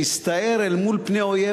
שהסתער אל מול פני אויב,